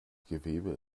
gewebe